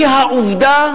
היא העובדה